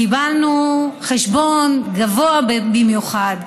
קיבלנו חשבון גבוה במיוחד.